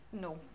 No